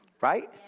right